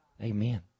Amen